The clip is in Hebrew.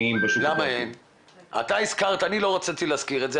כמובן שהם לא יכולים לטפל בה וכמובן שהם לא יכולים לטפל בה גם בזמן אמת.